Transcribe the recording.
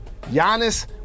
Giannis